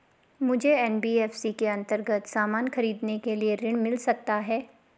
मुझे एन.बी.एफ.सी के अन्तर्गत सामान खरीदने के लिए ऋण मिल सकता है?